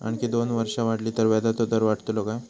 आणखी दोन वर्षा वाढली तर व्याजाचो दर वाढतलो काय?